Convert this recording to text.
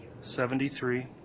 seventy-three